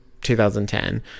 2010